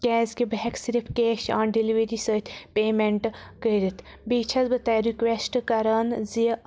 کیٛازِ کہِ بہٕ ہٮ۪کہٕ صِرف کیش آن ڈِلؤری سۭتۍ پیمٮ۪نٛٹ کٔرِتھ بیٚیہِ چھَس بہٕ تۄہہِ رِکویسٹ کران زِ